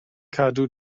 cadw